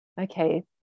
Okay